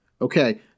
Okay